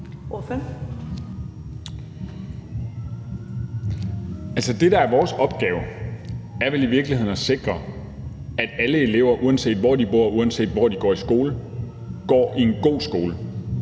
det, der er vores opgave, er vel i virkeligheden at sikre, at alle elever, uanset hvor de bor og uanset hvor de går i skole, går i en god skole.